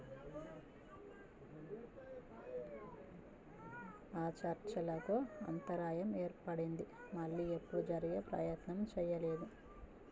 ఆ చర్చలకు అంతరాయం ఏర్పడింది మళ్ళీ ఎప్పుడు జరిగే ప్రయత్నం చేయలేదు